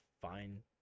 fine